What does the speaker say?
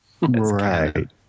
Right